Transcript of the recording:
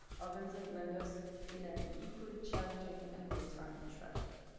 ovens and blenders in an equally challenging and well-timed traffic.